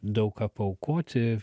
daug ką paaukoti